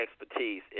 expertise